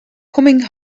coming